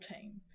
team